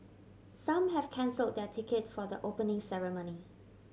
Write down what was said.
some have cancel their ticket for the Opening Ceremony